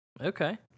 Okay